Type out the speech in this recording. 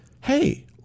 hey